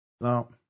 no